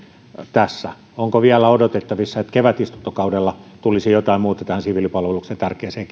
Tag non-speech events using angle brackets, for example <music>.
tässä onko vielä odotettavissa että kevätistuntokaudella tulisi jotain muuta tähän siviilipalveluksen tärkeään <unintelligible>